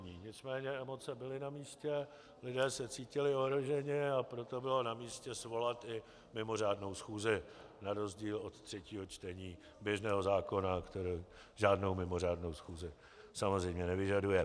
Nicméně emoce byly namístě, lidé se cítili ohroženi, a proto bylo namístě svolat i mimořádnou schůzi, na rozdíl od třetího čtení běžného zákona, které žádnou mimořádnou schůzi samozřejmě nevyžaduje.